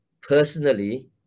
personally